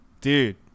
dude